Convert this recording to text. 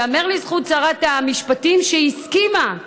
ייאמר לזכות שרת המשפטים שהיא הסכימה,